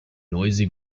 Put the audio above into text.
noisy